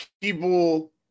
people